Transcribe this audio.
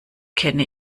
kenne